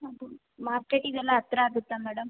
ಅದು ಮಾರ್ಕೆಟಿಗೆಲ್ಲ ಹತ್ರ ಆಗುತ್ತಾ ಮೇಡಮ್